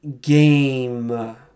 game